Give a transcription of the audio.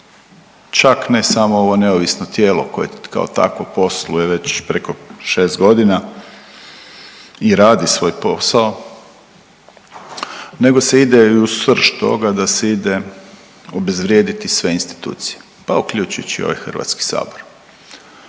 Čak ne samo ovo neovisno tijelo koje kao takvo posluje već preko 6 godina i radi svoj posao, nego se ide i u srž toga da se ide obezvrijediti sve institucije, pa uključujući ovaj Hrvatski sabor.